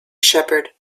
shepherd